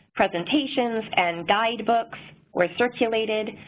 presentations and guidebooks were circulated,